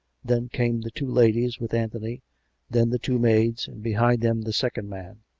then came the two ladies with anthony then the two maids, and behind them the second man.